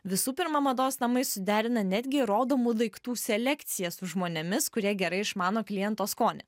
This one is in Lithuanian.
visų pirma mados namai suderina netgi rodomų daiktų selekciją su žmonėmis kurie gerai išmano kliento skonį